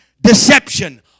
deception